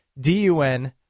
d-u-n